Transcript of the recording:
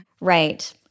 Right